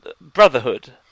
brotherhood